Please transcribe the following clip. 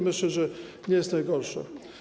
Myślę, że nie jest najgorzej.